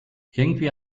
irgendwie